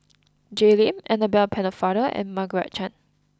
Jay Lim Annabel Pennefather and Margaret Chan